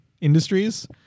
Industries